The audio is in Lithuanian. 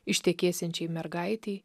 ištekėsiančia mergaitei